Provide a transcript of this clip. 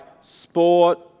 sport